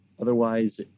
otherwise